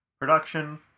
production